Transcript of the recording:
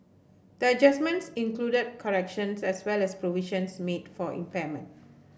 the adjustments included corrections as well as provisions made for impairment